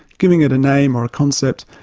giving it a name or a concept,